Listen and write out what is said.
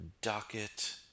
docket